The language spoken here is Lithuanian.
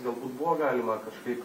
galbūt buvo galima kažkaip